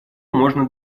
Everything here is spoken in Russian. можно